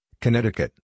Connecticut